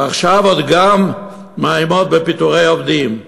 ועכשיו עוד גם מאיימות בפיטורי עובדים.